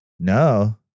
no